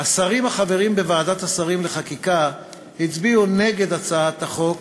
השרים החברים בוועדת השרים לחקיקה הצביעו נגד הצעת החוק,